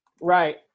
right